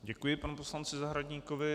Děkuji panu poslanci Zahradníkovi.